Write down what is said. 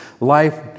life